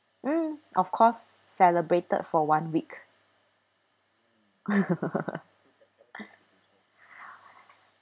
mm of course celebrated for one week